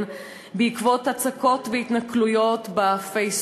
בעקבות הצקות והתנכלויות בפייסבוק,